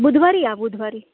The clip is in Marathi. बुधवारी या बुधवारी